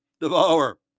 Devour